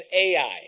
Ai